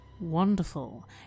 Wonderful